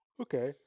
Okay